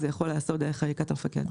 זה יכול להיעשות דרך חקיקת המפקד.